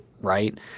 right